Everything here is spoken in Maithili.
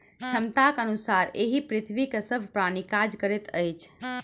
क्षमताक अनुसारे एहि पृथ्वीक सभ प्राणी काज करैत अछि